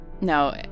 No